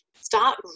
start